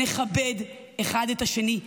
נכבד אחד את השני.